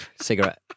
Cigarette